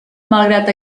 malgrat